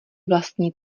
vlastní